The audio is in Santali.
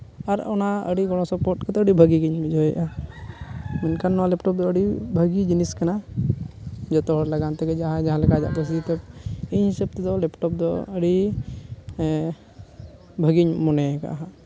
ᱟᱨ ᱚᱱᱟ ᱟᱹᱰᱤ ᱜᱚᱲᱚ ᱥᱚᱯᱚᱦᱚᱫ ᱠᱟᱛᱮᱫ ᱟᱹᱰᱤ ᱵᱷᱟᱹᱜᱤ ᱜᱤᱧ ᱵᱩᱡᱷᱟᱹᱣᱮᱫᱼᱟ ᱢᱮᱱᱠᱷᱟᱱ ᱱᱚᱣᱟ ᱞᱮᱯᱴᱚᱯ ᱫᱚ ᱟᱹᱰᱤ ᱵᱷᱟᱹᱜᱤ ᱡᱤᱱᱤᱥ ᱠᱟᱱᱟ ᱡᱚᱛᱚ ᱦᱚᱲ ᱞᱟᱜᱟᱱ ᱛᱮᱜᱮ ᱡᱟᱦᱟᱸᱭ ᱡᱟᱦᱟᱸ ᱞᱮᱠᱟᱭ ᱤᱧ ᱦᱤᱥᱟᱹᱵᱽ ᱛᱮᱫᱚ ᱞᱮᱯᱴᱚᱯ ᱫᱚ ᱟᱹᱰᱤ ᱵᱷᱟᱹᱜᱤᱧ ᱢᱚᱱᱮᱭ ᱠᱟᱜᱼᱟ